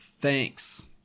thanks